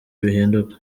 bihinduka